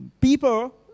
people